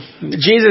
Jesus